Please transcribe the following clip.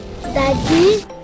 Daddy